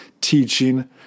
teaching